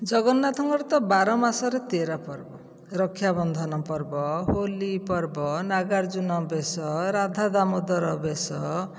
ଜଗନ୍ନାଥଙ୍କର ତ ବାରମାସରେ ତେର ପର୍ବ ରକ୍ଷାବନ୍ଧନ ପର୍ବ ହୋଲି ପର୍ବ ନାଗାର୍ଜୁନ ବେଶ ରାଧା ଦାମୋଦର ବେଶ